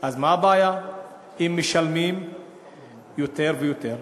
אז מה הבעיה אם משלמים יותר ויותר